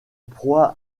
proie